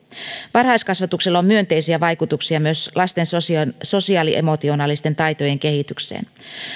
varhaiskasvatuksella on myönteisiä vaikutuksia myös lasten sosioemotionaalisten taitojen kehitykseen